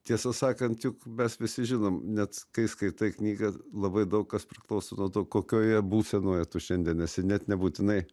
tiesą sakant juk mes visi žinom net kai skaitai knygą labai daug kas priklauso nuo to kokioje būsenoje tu šiandien esi net nebūtinai